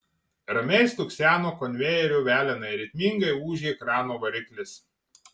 ramiai stukseno konvejerio velenai ritmingai ūžė krano variklis